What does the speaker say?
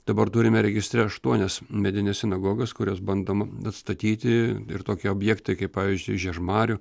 dabar turime registre aštuonias medines sinagogas kurias bandoma atstatyti ir tokie objektai kaip pavyzdžiui žiežmarių